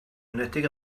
enwedig